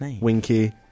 Winky